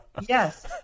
Yes